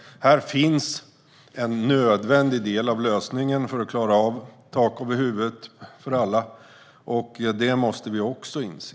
Här finns alltså en nödvändig del av lösningen för att alla ska kunna ha tak över huvudet. Det måste vi också inse.